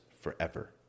forever